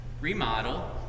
remodel